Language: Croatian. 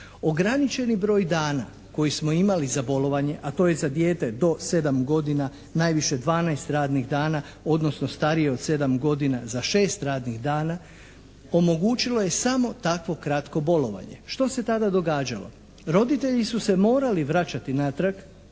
Ograničeni broj dana koji smo imali za bolovanje a to je za dijete do sedam godina najviše 12 radnih dana odnosno starije od sedam godina za šest radnih dana, omogućilo je samo takvo kratko bolovanje. Što se tada događalo? Roditelji su se morali vraćati natrag,